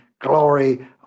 glory